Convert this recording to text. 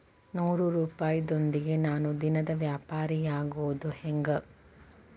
ನೂರುಪಾಯದೊಂದಿಗೆ ನಾನು ದಿನದ ವ್ಯಾಪಾರಿಯಾಗೊದ ಹೆಂಗ?